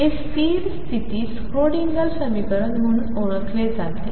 हे स्थिर स्थिति स्क्रोडिंगर समीकरण म्हणून ओळखले जाते